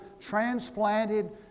transplanted